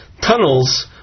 tunnels